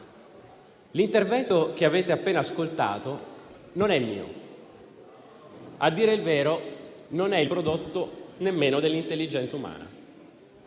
L'intervento che avete appena ascoltato non è mio. A dire il vero non è il prodotto nemmeno dell'intelligenza umana;